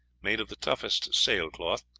made of the toughest sail-cloth,